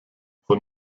von